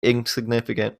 insignificant